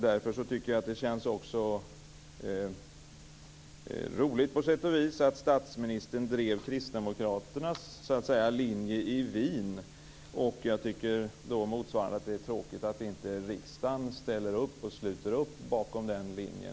Därför känns det roligt att statsministern drev kristdemokraternas linje i Wien, och det är då motsvarande tråkigt att riksdagen inte sluter upp bakom den linjen.